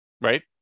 right